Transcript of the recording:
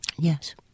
Yes